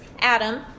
Adam